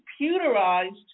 computerized